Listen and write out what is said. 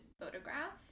photograph